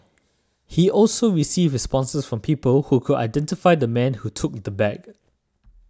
he also received responses from people who could identify the man who took the bag